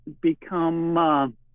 become